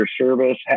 service